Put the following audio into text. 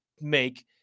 make